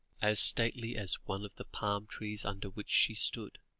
as stately as one of the palm-trees under which she stood